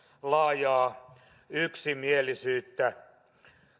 laajaa yksimielisyyttä